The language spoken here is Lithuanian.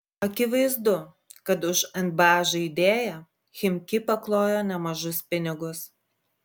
akivaizdu kad už nba žaidėją chimki paklojo nemažus pinigus